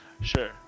Sure